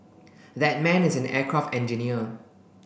that man is an aircraft engineer